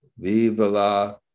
Vivala